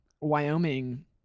Wyoming